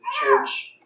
church